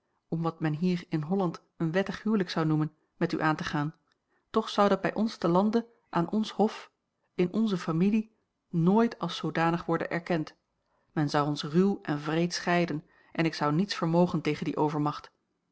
om wat men hier in holland een wettig huwelijk zou noemen met u aan te gaan toch zou dat bij ons te lande aan ons hof in onze familie nooit als zoodanig worden erkend men zou ons ruw en wreed scheiden en ik zou niets vermogen tegen die overmacht